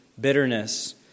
bitterness